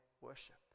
worship